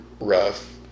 rough